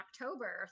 October